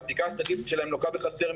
-- הבדיקה הסטטיסטית שלהם לוקה בחסר,